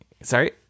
sorry